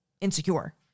insecure